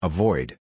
Avoid